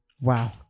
Wow